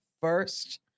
first